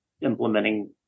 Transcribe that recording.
implementing